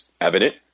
evident